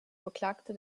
beklagte